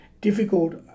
difficult